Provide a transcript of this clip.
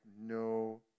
no